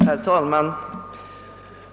Herr talman!